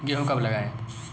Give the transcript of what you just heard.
गेहूँ कब लगाएँ?